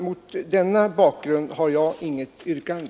Mot denna bakgrund har jag inget yrkande.